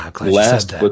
last